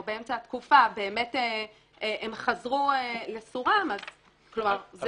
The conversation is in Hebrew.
או באמצע התקופה באמת הם חזרו לסורם --- את